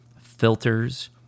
filters